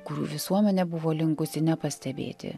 kurių visuomenė buvo linkusi nepastebėti